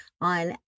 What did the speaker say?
on